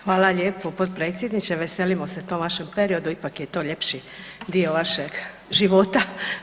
Hvala lijepo potpredsjedniče, veselimo se tom vašom periodu, ipak je to ljepši dio vašeg života.